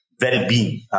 well-being